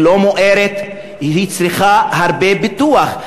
היא לא מוארת, היא צריכה הרבה פיתוח.